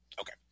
Okay